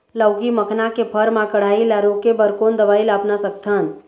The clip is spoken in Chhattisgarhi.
लाउकी मखना के फर मा कढ़ाई ला रोके बर कोन दवई ला अपना सकथन?